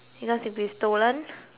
because it'll be stolen